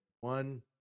one